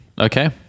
Okay